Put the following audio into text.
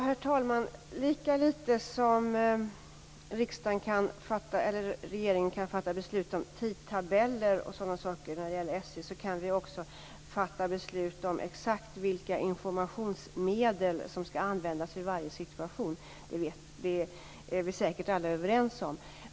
Herr talman! Lika litet som regeringen kan fatta beslut om tidtabeller och sådana saker när det gäller SJ kan den fatta beslut om exakt vilka informationsmedel som skall användas vid varje situation. Det är vi säkert alla överens om.